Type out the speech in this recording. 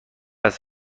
است